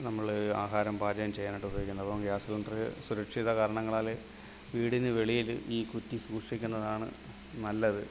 നമ്മൾ ആഹാരം പാചകം ചെയ്യാനായിട്ട് ഉപയോഗിക്കുന്നത് അപ്പം ഗ്യാസ് സിലിണ്ടറ് സുരക്ഷിത കാരണങ്ങളാൽ വീടിന് വെളിയിൽ ഈ കുറ്റി സൂക്ഷിക്കുന്നതാണ് നല്ലത്